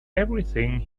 everything